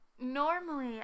normally